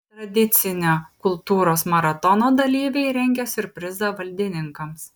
tradicinio kultūros maratono dalyviai rengia siurprizą valdininkams